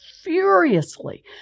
furiously